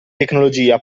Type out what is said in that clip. tecnologia